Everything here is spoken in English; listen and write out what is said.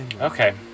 Okay